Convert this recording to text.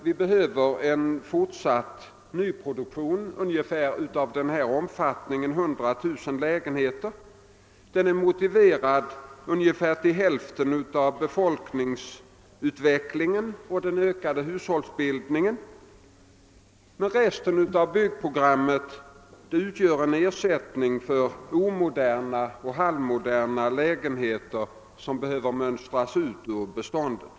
Man har funnit att en fortsatt nyproduktion av ungefär denna omfattning, 100 000 lägenheter, är till cirka hälften motiverad av befolkningsutvecklingen och den ökade hushållsbildningen. Resten av produktionen skall utgöra en ersättning för moderna och halvmoderna lägenheter som behöver mönstras ut ur beståndet.